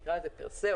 נקרא לזה פר סה,